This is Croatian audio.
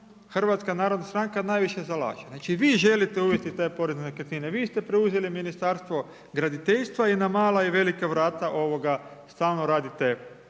da se vaša strančica HNS najviše zalaže. Znači vi želite uvesti taj porez na nekretnine, vi ste preuzeli Ministarstvo graditeljstva i na mala i velika vrata ovoga stalno radite